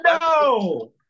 no